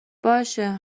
باشه